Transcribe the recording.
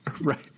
right